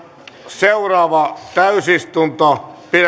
seuraavaan täysistuntoon